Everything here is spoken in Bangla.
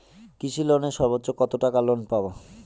কৃষি লোনে সর্বোচ্চ কত টাকা লোন পাবো?